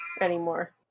anymore